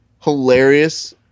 hilarious